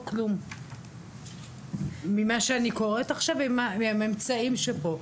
כלום ממה שאני קוראת עכשיו ומהממצאים שפה,